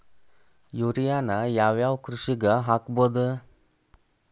ಯೂರಿಯಾನ ಯಾವ್ ಯಾವ್ ಕೃಷಿಗ ಹಾಕ್ಬೋದ?